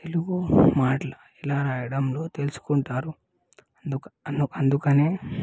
తెలుగు మాట్లాడటం ఎలా రాయడంలో తెలుసుకుంటారు అందుక అందు అందుకని